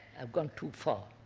have gone too far.